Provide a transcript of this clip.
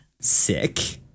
sick